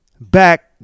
Back